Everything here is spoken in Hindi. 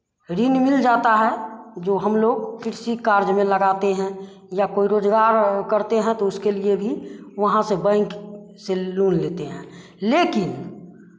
ऋण मिल जाता है जो हम लोग कृषि कार्य में लगाते हैं या कोई रोज़गार करते हैं तो उसके लिए भी वहाँ से बैंक से लोन लेते हैं लेकिन